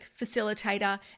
Facilitator